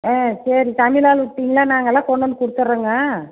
சரி சமையல் ஆள்கிட்டிங்க நாங்கள் எல்லாம் கொண்டுவந்து கொடுத்துறங்க